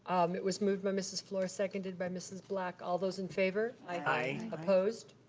it was moved by mrs. fluor, seconded by mrs. black, all those in favor? aye. opposed?